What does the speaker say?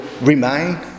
remain